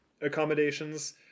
accommodations